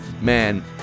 man